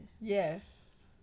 Yes